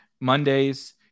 Monday's